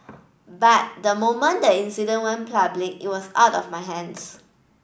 but the moment the incident went public it was out of my hands